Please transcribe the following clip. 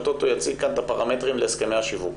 שהטוטו יציג כאן את הפרמטרים להסכמי השיווק